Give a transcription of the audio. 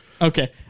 Okay